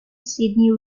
sydney